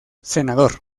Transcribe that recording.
senador